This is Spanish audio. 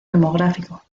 demográfico